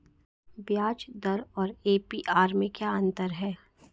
ब्याज दर और ए.पी.आर में क्या अंतर है?